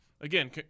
again